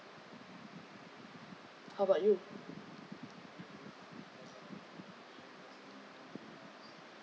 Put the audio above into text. how about you